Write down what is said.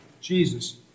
Jesus